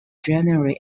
january